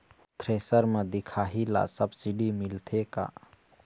Thresher म दिखाही ला सब्सिडी मिलथे का?